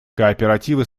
кооперативы